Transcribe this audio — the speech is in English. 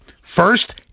First